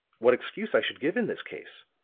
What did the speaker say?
what excuse i should give in this case.